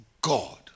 God